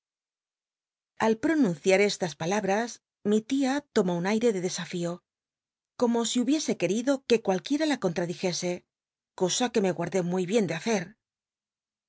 al ponunciar estas palabr s mi tia tomó tm aiic de desafio como si hubiese querido que cualquiera la contradijese cosa que me guardé muy bien de hacer